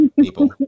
people